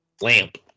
Lamp